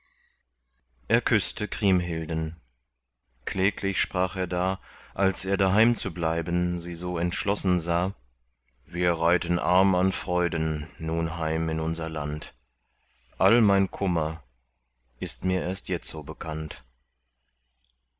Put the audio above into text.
er küßte kriemhilden kläglich sprach er da als er daheim zu bleiben sie so entschlossen sah wir reiten arm an freuden nun heim in unser land all mein kummer ist mir erst jetzo bekannt